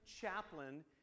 chaplain